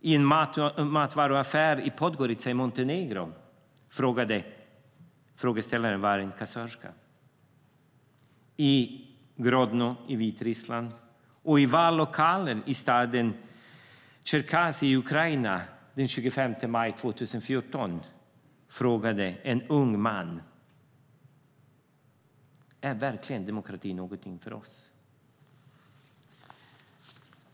Jag har fått frågan av en kassörska i en matvaruaffär i Podgorica i Montenegro och i Grodno i Vitryssland. Och i vallokalen i staden Tjerkasy i Ukraina den 25 maj 2014 frågade en ung man: Är demokrati verkligen någonting för oss?